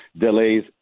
delays